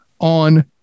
on